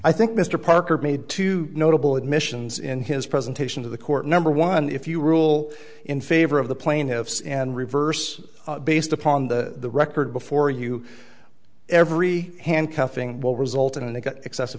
i think mr parker made two notable admissions in his presentation to the court number one if you rule in favor of the plaintiffs and reverse based upon the record before you every handcuffing will result in an excessive